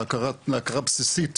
להכרה בסיסית